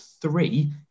three